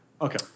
Okay